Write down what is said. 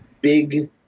big